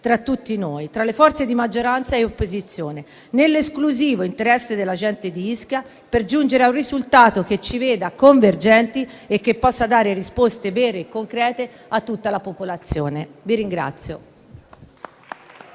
tra tutti noi, tra le forze di maggioranza e opposizione, nell'esclusivo interesse della gente di Ischia, per giungere a un risultato che ci veda convergenti e che possa dare risposte vere e concrete a tutta la popolazione.